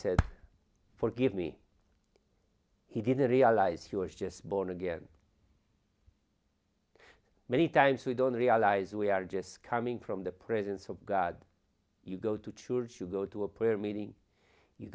said forgive me he didn't realize he was just born again many times we don't realize we are just coming from the presence of god you go to church you go to a prayer meeting you